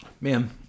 Man